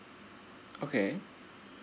okay